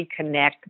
reconnect